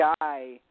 guy